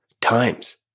times